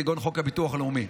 כגון חוק הביטוח הלאומי.